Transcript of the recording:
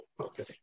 Okay